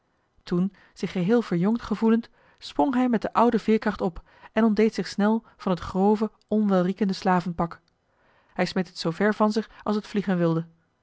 toen zich geheel verjongd gevoelend sprong hij met de oude veerkracht op en ontdeed zich snel van het grove onwelriekende slavenpak hij smeet het zoo ver van zich als het vliegen wilde